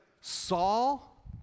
Saul